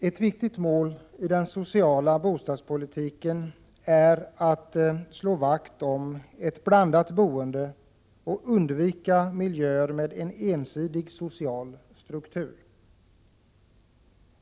Ett viktigt mål i den sociala bostadspolitiken är att slå vakt om ett blandat boende och undvika att det skapas miljöer med en ensidig social struktur.